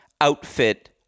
outfit